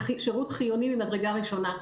זה שירות חיוני ממדרגה ראשונה.